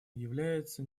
является